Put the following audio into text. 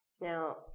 now